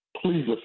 Please